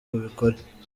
bikore